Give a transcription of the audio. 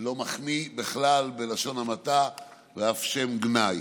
לא מחמיא בכלל, בלשון המעטה, ואף שם גנאי,